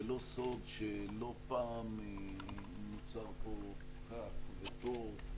זה לא סוד שלא פעם נוצר פה פקק ותור,